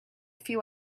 few